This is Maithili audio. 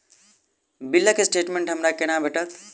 बिलक स्टेटमेंट हमरा केना भेटत?